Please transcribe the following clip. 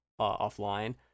offline